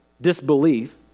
disbelief